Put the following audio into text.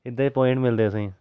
इन्दे बी प्वाइंट मिलदे असेंगी